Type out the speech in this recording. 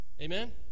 Amen